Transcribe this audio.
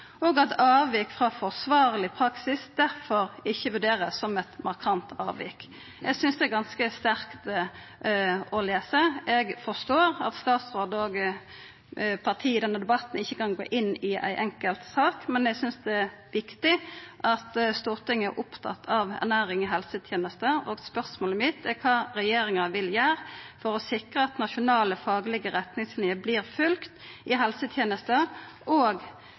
og at avvik frå forsvarleg praksis derfor ikkje vert vurdert som eit markant avvik. Eg synest dette er ganske sterkt å lesa. Eg forstår at statsråden og partiet i denne debatten ikkje kan gå inn i ei enkelt sak, men eg synest det er viktig at Stortinget er opptatt av ernæring i helsetenesta, og spørsmålet mitt er kva regjeringa vil gjera for å sikra at nasjonale faglege retningslinjer vert følgde i helsetenesta, og